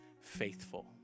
faithful